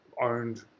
owned